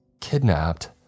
Kidnapped